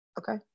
Okay